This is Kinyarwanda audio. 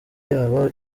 yaba